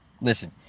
Listen